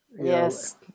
Yes